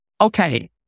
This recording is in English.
okay